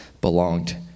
belonged